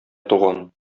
туган